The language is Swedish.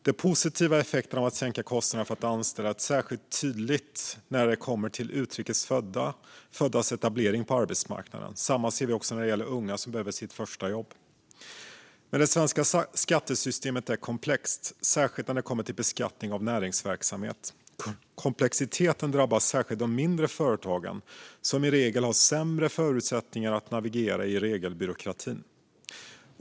De positiva effekterna av att sänka kostnaderna för att anställa är särskilt tydliga när det kommer till utrikes föddas etablering på arbetsmarknaden. Detsamma ser vi när det gäller unga som behöver det första jobbet. Men det svenska skattesystemet är komplext, särskilt när det kommer till beskattning av näringsverksamhet. Komplexiteten drabbar särskilt de mindre företagen som i regel har sämre förutsättningar att navigera i regelbyråkratin.